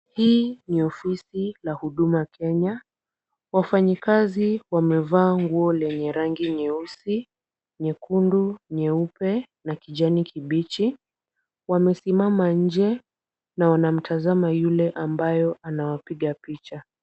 Hii ni ofisi la Huduma Kenya, wafanyikazi wamevaa nguo lenye rangi nyeusi, nyekundu, nyeupe, na kijani kibichi. Wamesimama nje na wanamtazama yule ambaye anawapiga picha.